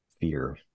fear